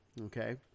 Okay